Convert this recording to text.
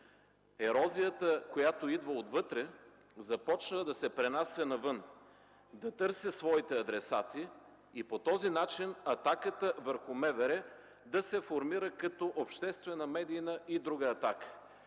ерозията, идваща отвътре, започва да се пренася навън, да търси своите адресати. По този начин атаката върху МВР се формира като обществена, медийна и друга атака.